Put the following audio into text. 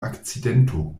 akcidento